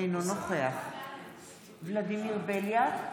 אינו נוכח ולדימיר בליאק,